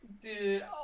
Dude